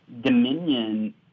Dominion